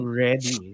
ready